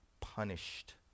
punished